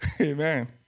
Amen